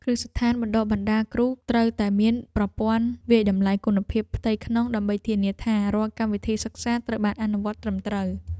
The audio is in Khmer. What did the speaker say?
គ្រឹះស្ថានបណ្តុះបណ្តាលគ្រូត្រូវតែមានប្រព័ន្ធវាយតម្លៃគុណភាពផ្ទៃក្នុងដើម្បីធានាថារាល់កម្មវិធីសិក្សាត្រូវបានអនុវត្តត្រឹមត្រូវ។